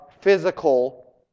physical